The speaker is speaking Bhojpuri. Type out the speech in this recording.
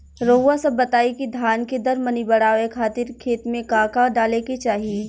रउआ सभ बताई कि धान के दर मनी बड़ावे खातिर खेत में का का डाले के चाही?